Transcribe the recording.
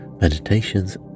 meditations